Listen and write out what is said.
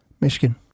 Michigan